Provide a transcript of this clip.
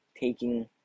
taking